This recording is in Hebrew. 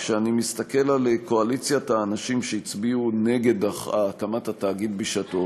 כשאני מסתכל על קואליציית האנשים שהצביעו נגד הקמת התאגיד בשעתו.